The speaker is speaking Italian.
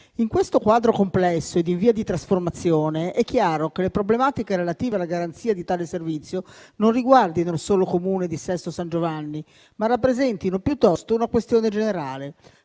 In questo quadro complesso e in via di trasformazione, è chiaro che le problematiche relative alla garanzia di tale servizio non riguardino solo il Comune di Sesto San Giovanni, ma rappresentino piuttosto una questione generale